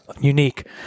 unique